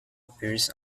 appears